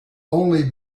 only